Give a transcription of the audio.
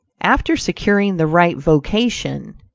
after securing the right vocation,